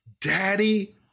Daddy